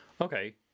Okay